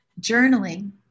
Journaling